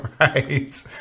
right